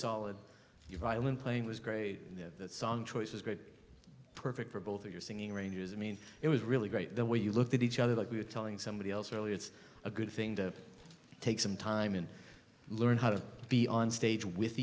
solid your violin playing was great the song choice was great perfect for both of your singing rangers i mean it was really great the way you looked at each other like we were telling somebody else really it's a good thing to take some time and learn how to be on stage with